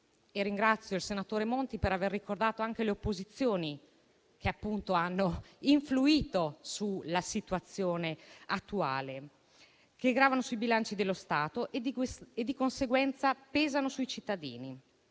(ringrazio il senatore Monti per aver ricordato alle opposizioni che hanno influito sulla situazione attuale) che gravano sui bilanci dello Stato e, di conseguenza, sui cittadini.